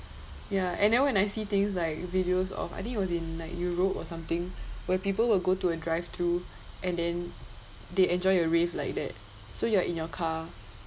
ya and then when I see things like videos or I think it was in like europe or something where people will go to a drive-thru and then they enjoy a rave like that so you are in your car